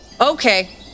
Okay